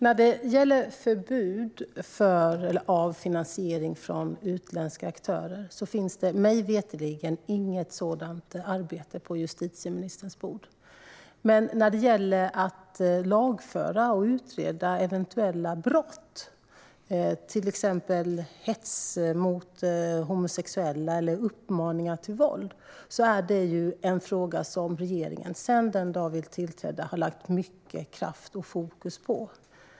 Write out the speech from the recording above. Fru talman! När det gäller förbud mot finansiering från utländska aktörer finns det mig veterligen inget sådant arbete på justitieministerns bord. Men när det gäller att lagföra och utreda eventuella brott, till exempel hets mot homosexuella eller uppmaningar till våld, är detta en fråga som regeringen sedan den dag vi tillträdde har lagt mycket kraft och fokus på.